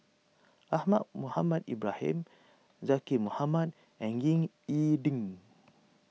Ahmad Mohamed Ibrahim Zaqy Mohamad and Ying E Ding